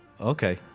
Okay